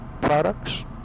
products